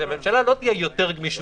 לממשלה לא תהיה יותר גמישות,